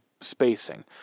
spacing